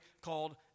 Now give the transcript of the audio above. called